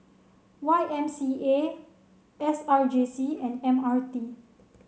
Y M C A S R J C and M R T